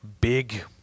big